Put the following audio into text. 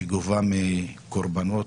שגובה קורבנות.